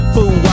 Fool